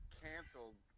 canceled